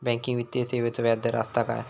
Banking वित्तीय सेवाचो व्याजदर असता काय?